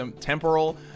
Temporal